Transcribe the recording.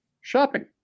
shopping